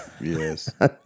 Yes